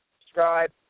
Subscribe